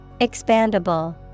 Expandable